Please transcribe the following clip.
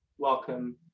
Welcome